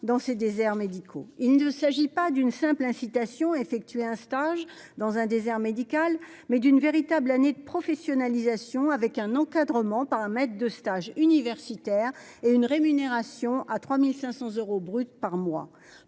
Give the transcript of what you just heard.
dans ces déserts médicaux. Il ne s'agit pas d'une simple incitation effectuer un stage dans un désert médical, mais d'une véritable année de professionnalisation avec un encadrement par un maître de stage universitaires et une rémunération à 3500 euros brut par mois.